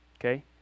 okay